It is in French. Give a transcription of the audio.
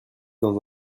dans